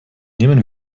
nehmen